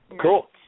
Cool